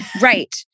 Right